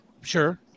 Sure